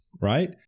right